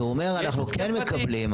הוא אומר שהם כן מקבלים.